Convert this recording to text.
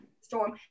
storm